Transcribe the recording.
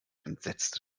entsetzte